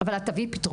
אבל את תביא פתרונות,